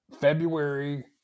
February